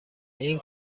این